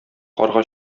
карга